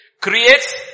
creates